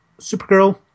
Supergirl